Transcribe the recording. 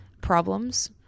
problems